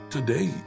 Today